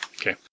Okay